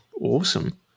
awesome